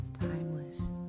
timeless